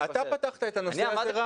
אתה פתחת את הנושא הזה.